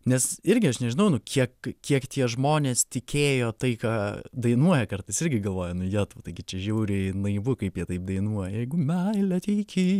nes irgi aš nežinau nu kiek kiek tie žmonės tikėjo tai ką dainuoja kartais irgi galvoja nu jetau taigi čia žiauriai naivu kaip jie taip dainuoja jeigu meilę tiki